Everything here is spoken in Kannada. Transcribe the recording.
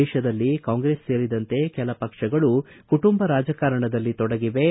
ದೇಶದಲ್ಲಿ ಕಾಂಗ್ರೆಸ್ ಸೇರಿದಂತೆ ಕೆಲ ಪಕ್ಷಗಳು ಕುಟುಂಬ ರಾಜಕಾರಣದಲ್ಲಿ ತೊಡಗಿವೆ